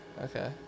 Okay